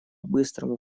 быстрому